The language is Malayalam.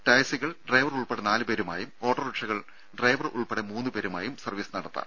ടാക്സികൾ ഡ്രൈവർ ഉൾപ്പെടെ നാലുപേരുമായും ഓട്ടോറിക്ഷകൾ ഡ്രൈവർ ഉൾപ്പെടെ മൂന്നുപേരുമായും സർവീസ് നടത്താം